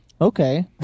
Okay